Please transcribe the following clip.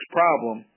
problem